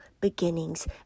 beginnings